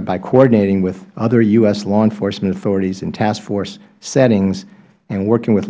by coordinating with other u s law enforcement authorities in task force settings and working with